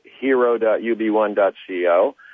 hero.ub1.co